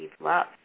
love